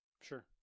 sure